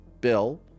Bill